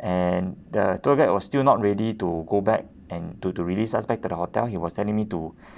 and the tour guide was still not ready to go back and to to release us back to the hotel he was telling me to